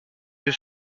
you